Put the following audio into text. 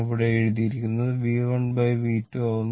ഇവിടെ ഇത് V1 V2 ആക്കുന്നു